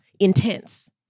intense